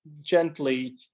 gently